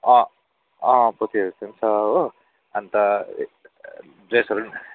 अँ अँ पोतेहरू जस्तो पनि छ हो अन्त ड्रेसहरू पनि